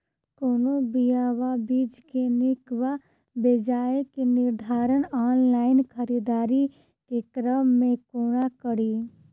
कोनों बीया वा बीज केँ नीक वा बेजाय केँ निर्धारण ऑनलाइन खरीददारी केँ क्रम मे कोना कड़ी?